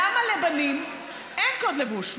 למה לבנים אין קוד לבוש?